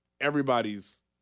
everybody's